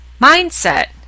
mindset